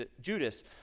Judas